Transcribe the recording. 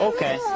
Okay